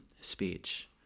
speech